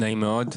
נעים מאוד,